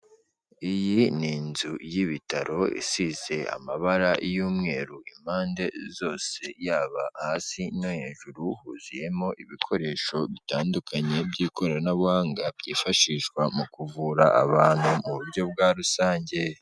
Iyi ni inzu y'ibitaro isize amabara y'umweru impande zose yaba hasi no hejuru, huzuyemo ibikoresho bitandukanye by'ikoranabuhanga byifashishwa mu kuvura abantu mu buryo bwa rusange.